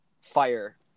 fire